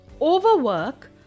overwork